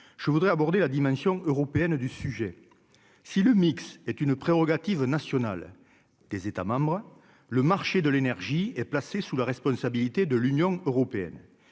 je voudrais aborder la dimension européenne du sujet, si le est une prérogative nationale des États membres, le marché de l'énergie et placé sous la responsabilité de l'Union européenne,